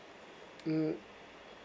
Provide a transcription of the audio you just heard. mm